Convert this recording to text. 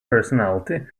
personality